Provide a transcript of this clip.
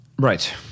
Right